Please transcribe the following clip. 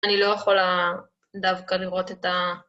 אני לא יכולה דווקא לראות את ה...